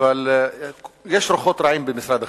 אבל יש רוחות רעים במשרד החינוך.